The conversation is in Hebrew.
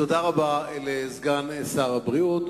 תודה רבה לסגן שר הבריאות.